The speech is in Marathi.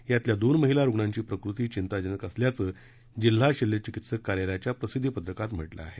यातल्या दोन महिला रूग्णांची प्रकृती चिंताजनक असल्याचं जिल्हा शल्य चिकित्सक कार्यालयाच्या प्रसिद्धिपत्रकात म्हटलं आहे